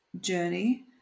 journey